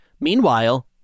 Meanwhile